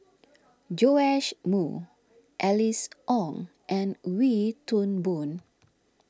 Joash Moo Alice Ong and Wee Toon Boon